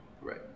Right